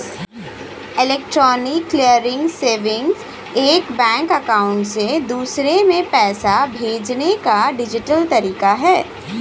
electronic clearing services एक bank account से दूसरे में पैसे भेजने का डिजिटल तरीका है